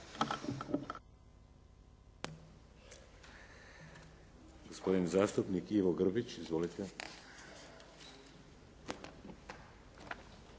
Hvala i vama